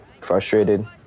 frustrated